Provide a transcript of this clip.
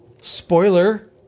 spoiler